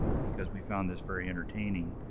because we found this very entertaining,